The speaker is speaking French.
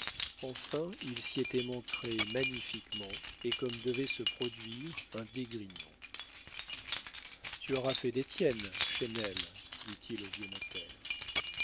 enfin il s'y était montré magnifiquement et comme devait se produire un d'esgrignon tu auras fait des tiennes chesnel dit-il au vieux